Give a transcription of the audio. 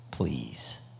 Please